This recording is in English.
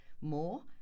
More